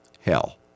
Hell